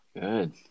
Good